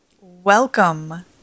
Welcome